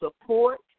support